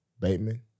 Bateman